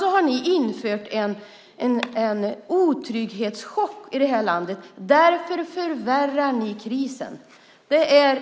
Ni har skapat en otrygghetschock i landet. Därför förvärrar ni krisen. Det är